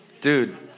Dude